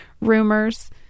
rumors